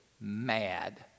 mad